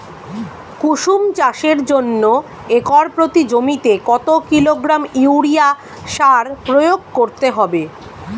কুসুম চাষের জন্য একর প্রতি জমিতে কত কিলোগ্রাম ইউরিয়া সার প্রয়োগ করতে হবে?